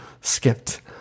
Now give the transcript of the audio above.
skipped